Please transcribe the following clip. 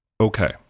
Okay